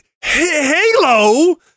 Halo